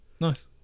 nice